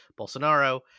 Bolsonaro